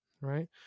Right